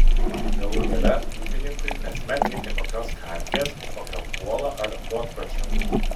galų gale ūkininkui kasmet reikia kokios karties kokio kuolo ar botkočio